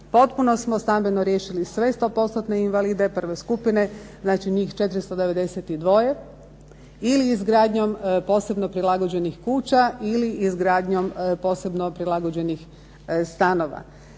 Potpuno smo stambeno riješili sve stopostotne invalide prve skupine. Znači njih 492 ili izgradnjom posebno prilagođenih kuća ili izgradnjom posebno prilagođenih stanova.